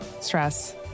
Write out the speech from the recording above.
stress